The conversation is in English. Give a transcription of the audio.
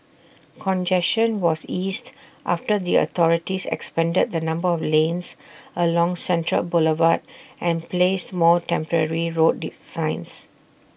congestion was eased after the authorities expanded the number of lanes along central Boulevard and placed more temporary road signs